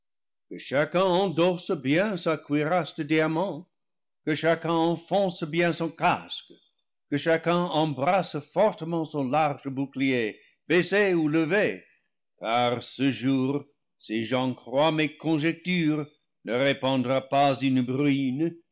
cha cun endosse bien sa cuirasse de diamant que chacun enfonce bien son casque que chacun embrasse fortement son large bouclier baissé ou levé car ce jour si j'en crois mes conjec tures ne répandra pas une bruine